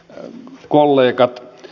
hyvät kollegat